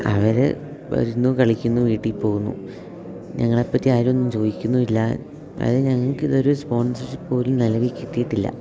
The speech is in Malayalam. അവര് വരുന്നു കളിക്കുന്നു വീട്ടിൽ പോവുന്നു ഞങ്ങളെപ്പറ്റി ആരും ഒന്നും ചോദിക്കുന്നില്ല അത് ഞങ്ങൾക്കിതുവരെ സ്പോൺസർഷിപ്പ് പോലും നിലവിൽ കിട്ടിയിട്ടില്ല